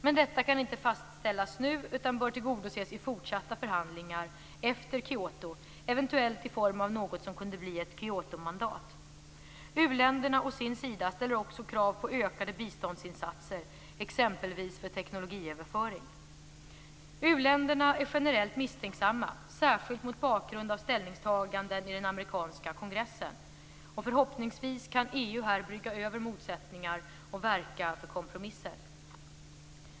Men detta kan inte fastställas nu utan bör tillgodoses i fortsatta förhandlingar efter Kyoto, eventuellt i form av något som kunde bli ett Kyotomandat. U-länderna å sin sida ställer också krav på ökade biståndsinsatser, exempelvis för teknologiöverföring. U-länderna är generellt misstänksamma, särskilt mot bakgrund av ställningstaganden i den amerikanska kongressen. Förhoppningsvis kan EU här överbrygga motsättningar och verka för kompromisser.